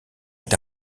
est